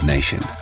Nation